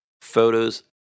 photos